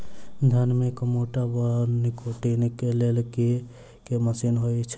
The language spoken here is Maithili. धान मे कमोट वा निकौनी करै लेल केँ मशीन होइ छै?